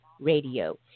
Radio